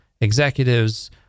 executives